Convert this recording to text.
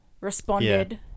responded